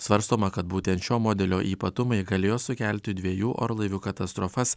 svarstoma kad būtent šio modelio ypatumai galėjo sukelti dviejų orlaivių katastrofas